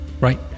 right